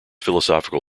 philosophical